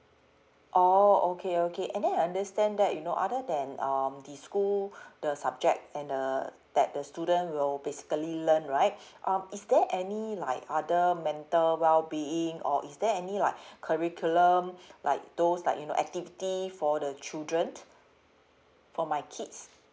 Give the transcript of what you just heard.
orh okay okay and then I understand that you know other than um the school the subject and uh that the student will basically learn right um is there any like other mental wellbeing or is there any like curriculum like those like you know activity for the children for my kids